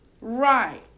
Right